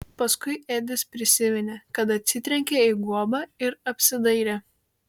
paskui edis prisiminė kad atsitrenkė į guobą ir apsidairė